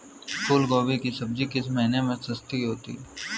फूल गोभी की सब्जी किस महीने में सस्ती होती है?